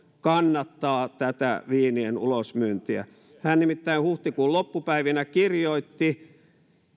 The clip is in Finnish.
kannattaa tätä viinien ulosmyyntiä hän nimittäin huhtikuun loppupäivinä kirjoitti